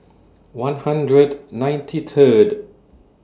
one hundred ninety Third